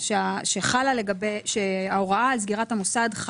ולגבי יחיד שהכנסתו היא רק מעסק או ממשלח יד,